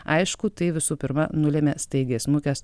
aišku tai visų pirma nulemia staigiai smukęs